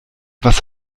was